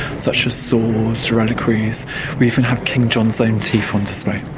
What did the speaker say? such as swords, reliquaries, we even have king john's own teeth on display.